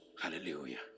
Hallelujah